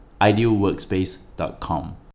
idealworkspace.com